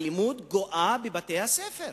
האלימות גואה בבתי-הספר.